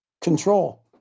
control